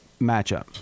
matchup